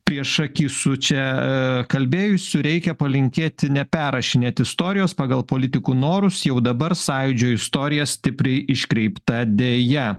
priešaky su čia kalbėjusių reikia palinkėti neperrašinėt istorijos pagal politikų norus jau dabar sąjūdžio istorija stipriai iškreipta deja